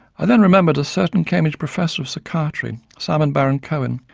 i then remembered a certain cambridge professor of psychiatry, simon baron-cohen.